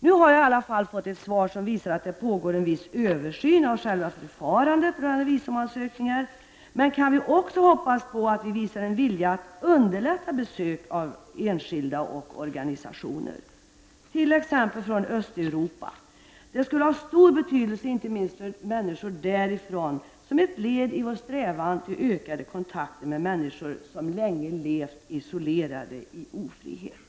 Nu har jag i alla fall fått ett svar som visar att det pågår en viss översyn av själva förfarandet när det gäller visumansökningar. Kan vi också hoppas på att invandrarverket visar en vilja att underlätta besök av enskilda och organisationer t.ex. från Östeuropa? Det skulle ha stor betydelse, inte minst för människor därifrån, som ett led i vår strävan till ökade kontakter med människor som länge har levt isolerade i ofrihet.